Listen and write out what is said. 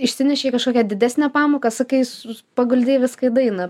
išsinešei kažkokią didesnę pamoką sakai paguldei viską į daina